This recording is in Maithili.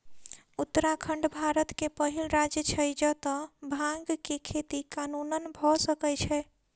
उत्तराखंड भारत के पहिल राज्य छै जतअ भांग के खेती कानूनन भअ सकैत अछि